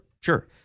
sure